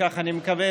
כך אני מקווה,